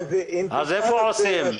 אז איפה עושים?